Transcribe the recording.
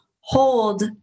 hold